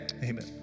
Amen